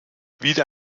wieder